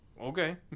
Okay